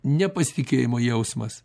nepasitikėjimo jausmas